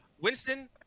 Winston